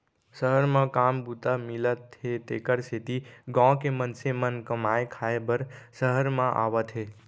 सहर म काम बूता मिलत हे तेकर सेती गॉँव के मनसे मन कमाए खाए बर सहर म आवत हें